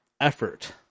effort